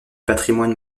patrimoine